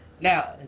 Now